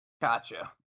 Gotcha